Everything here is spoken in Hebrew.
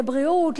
לבריאות,